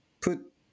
put